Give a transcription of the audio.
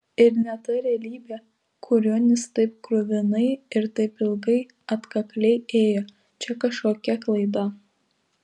ir ne ta realybė kurion ji taip kruvinai ir taip ilgai atkakliai ėjo čia kažkokia klaida